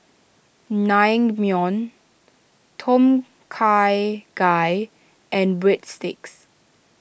Naengmyeon Tom Kha Gai and Breadsticks